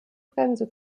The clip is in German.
bremse